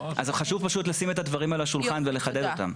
אז חשוב פשוט לשים את הדברים על השולחן ולחדד אותם.